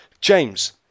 James